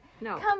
No